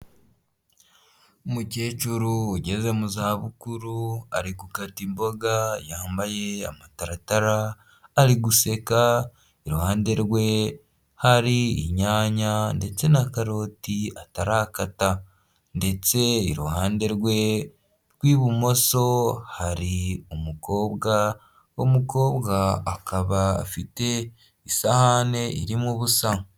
Umukecuru ugeze mu za bukuru ari gukata imboga yambaye amataratara, ari guseka iruhande rwe hari inyanya ndetse na karoti atarakata, ndetse iruhande rwe rw'ibumoso hari umukobwa, uwo mukobwa akaba afite isahane irimo ubusa.